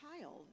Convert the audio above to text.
child